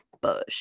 bush